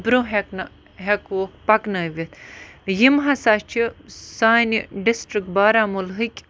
برٛونٛہہ ہٮ۪کہٕ نہٕ ہٮ۪کوکھ پَکنٲوِتھ یِم ہَسا چھِ سانہِ ڈِسٹِرٛک بارہمولہٕکۍ